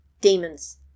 Demons